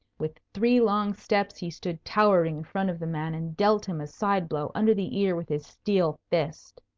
with three long steps he stood towering in front of the man and dealt him a side blow under the ear with his steel fist.